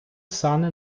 сани